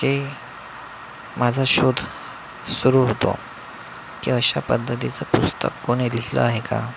की माझा शोध सुरू होतो की अशा पद्धतीचं पुस्तक कोणी लिहिलं आहे का